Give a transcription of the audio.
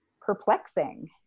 perplexing